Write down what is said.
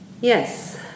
Yes